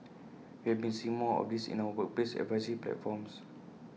we have been seeing more of this in our workplace advisory platforms